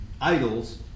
idols